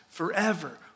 Forever